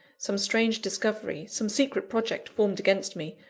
some strange discovery, some secret project formed against me,